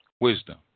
wisdom